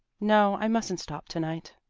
no, i mustn't stop to-night.